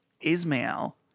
Ismail